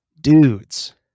dudes